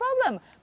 problem